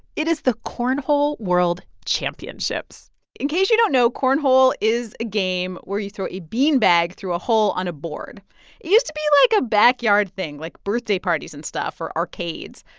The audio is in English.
it is the cornhole world championships in case you don't know, cornhole is a game where you throw a beanbag through a hole on a board. it used to be, like, a backyard thing like, birthday parties and stuff, or arcades.